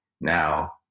now